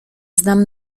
znam